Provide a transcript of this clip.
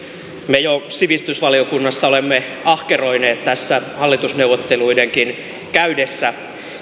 me jo sivistysvaliokunnassa olemme ahkeroineet tässä hallitusneuvotteluidenkin käydessä